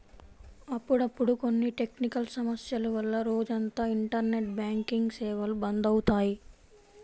అప్పుడప్పుడు కొన్ని టెక్నికల్ సమస్యల వల్ల రోజంతా ఇంటర్నెట్ బ్యాంకింగ్ సేవలు బంద్ అవుతాయి